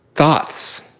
Thoughts